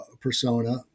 persona